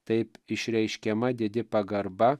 taip išreiškiama didi pagarba